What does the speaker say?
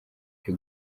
cyo